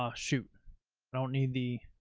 um shoot. i don't need the,